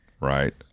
right